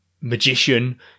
magician